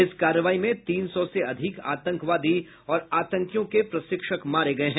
इस कार्रवाई में तीन सौ से अधिक आतंकवादी और आतंकियों के प्रशिक्षक मारे गये हैं